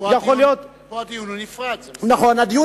פה הדיון נפרד, זה בסדר.